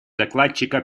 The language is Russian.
докладчика